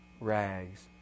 rags